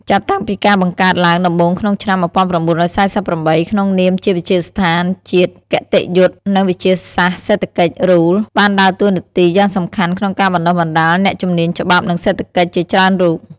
ចាប់តាំងពីការបង្កើតឡើងដំបូងក្នុងឆ្នាំ ១៩៤៨ ក្នុងនាមជាវិទ្យាស្ថានជាតិគតិយុត្តិ និងវិទ្យាសាស្ត្រសេដ្ឋកិច្ច RULE បានដើរតួនាទីយ៉ាងសំខាន់ក្នុងការបណ្តុះបណ្តាលអ្នកជំនាញច្បាប់ និងសេដ្ឋកិច្ចជាច្រើនរូប។